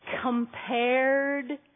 compared